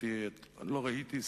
לא ראיתי,